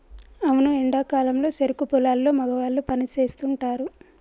అవును ఎండా కాలంలో సెరుకు పొలాల్లో మగవాళ్ళు పని సేస్తుంటారు